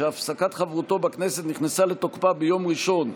שהפסקת חברותו בכנסת נכנסה לתוקפה ביום ראשון,